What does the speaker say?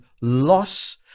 loss